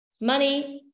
money